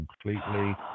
completely